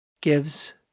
gives